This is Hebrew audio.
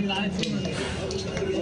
(מוצג סרטון).